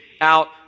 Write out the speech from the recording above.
out